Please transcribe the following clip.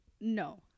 No